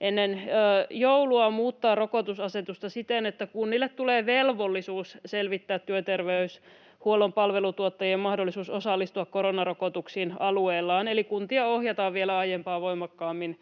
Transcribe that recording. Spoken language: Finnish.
ennen joulua muuttaa rokotusasetusta siten, että kunnille tulee velvollisuus selvittää työterveyshuollon palvelutuottajien mahdollisuus osallistua koronarokotuksiin alueellaan, eli kuntia ohjataan vielä aiempaa voimakkaammin